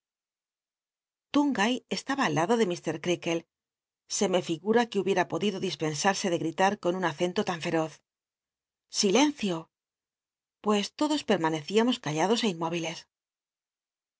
l'unga estaba al lado de creakle l se me ligura que hubiera podido di pensarse ele sl'ilar con un acento tail feroz i sile cio pues lodos pel'lllaneciamos callados é inntó